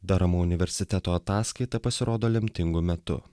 daramo universiteto ataskaita pasirodo lemtingu metu